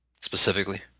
Specifically